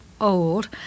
old